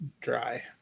dry